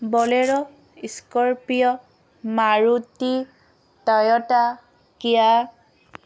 bolero scorpio Maruti Toyota Kia